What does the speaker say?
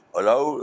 allow